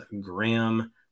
Graham